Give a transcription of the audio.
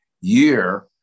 year